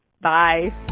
Bye